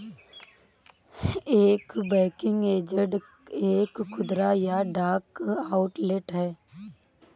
एक banking agent एक खुदरा या डाक आउटलेट है